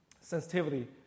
sensitivity